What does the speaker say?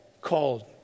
called